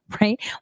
right